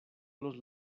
los